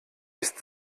ist